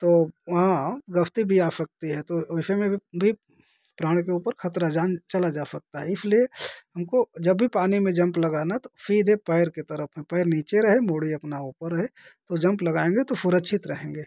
तो वहाँ गस्ती भी आ सकती है तो वैसे में भी भी प्राण के ऊपर खतरा जान चला जा सकता है इसलिए हमको जब भी पानी में जंप लगाना तो सीधे पैर के तरफ में पैर नीचे रहे मूड़ी अपना ऊपर रहे तो जंप लगाएंगे तो सुरक्षित रहेंगे